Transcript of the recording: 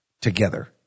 together